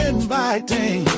Inviting